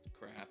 Crap